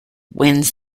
wins